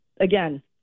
again